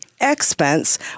expense